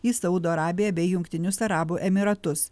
į saudo arabiją bei jungtinius arabų emyratus